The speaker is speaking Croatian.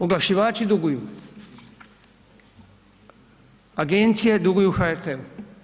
Oglašivači duguju, agencije duguju HRT-u.